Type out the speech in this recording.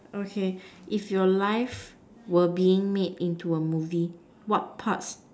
okay if your life were being made into a movie what part